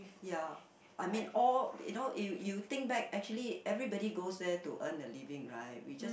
ya I mean all you know you you think back actually everybody goes there to earn a living right we just